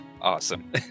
Awesome